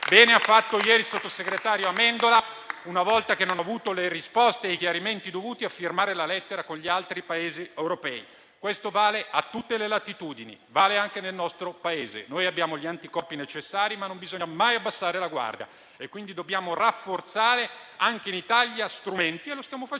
Bene ha fatto ieri il sottosegretario Amendola, non avendo avuto le risposte e i chiarimenti dovuti, a firmare la lettera con gli altri Paesi europei. Questo vale a tutte le latitudini, vale anche nel nostro Paese. Noi abbiamo gli anticorpi necessari, ma non bisogna mai abbassare la guardia e quindi dobbiamo rafforzare anche in Italia gli strumenti - lo stiamo facendo